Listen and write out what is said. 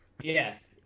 Yes